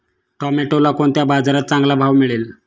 टोमॅटोला कोणत्या बाजारात चांगला भाव मिळेल?